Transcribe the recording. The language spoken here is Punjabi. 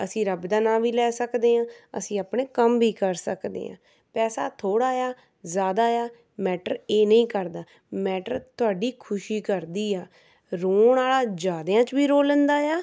ਅਸੀਂ ਰੱਬ ਦਾ ਨਾਂ ਵੀ ਲੈ ਸਕਦੇ ਹਾਂ ਅਸੀਂ ਆਪਣੇ ਕੰਮ ਵੀ ਕਰ ਸਕਦੇ ਹਾਂ ਪੈਸਾ ਥੋੜ੍ਹਾ ਆ ਜ਼ਿਆਦਾ ਆ ਮੈਟਰ ਇਹ ਨਹੀਂ ਕਰਦਾ ਮੈਟਰ ਤੁਹਾਡੀ ਖੁਸ਼ੀ ਕਰਦੀ ਆ ਰੋਣ ਵਾਲਾ ਜ਼ਿਆਦਿਆਂ 'ਚ ਵੀ ਰੋ ਲੈਂਦਾ ਆ